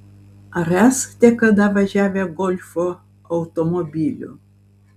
ar esate kada važiavę golfo automobiliu